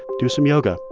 do some yoga.